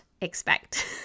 expect